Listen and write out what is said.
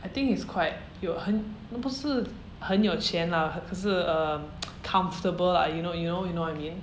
I think he's quite 有很 not 不是很有钱 lah 可是 um comfortable lah you know you know you know what I mean